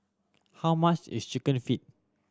how much is Chicken Feet